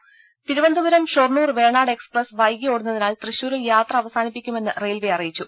രുദ തിരുവനന്തപുരം ഷൊർണൂർ വേണാട് എക്സ്പ്രസ് വൈകി ഓടുന്നതിനാൽ തൃശൂരിൽ യാത്ര അവസാനിപ്പിക്കുമെന്ന് റെയിൽവെ അറിയിച്ചു